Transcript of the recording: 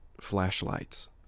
flashlights